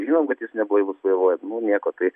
žinom kad jis neblaivus vairuoja nu nieko tai